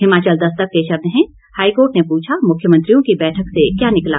हिमाचल दस्तक के शब्द हैं हाईकोर्ट ने पूछा मुख्यमंत्रियों की बैठक से क्या निकला